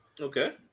okay